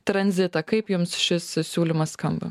tranzitą kaip jums šis siūlymas skamba